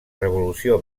revolució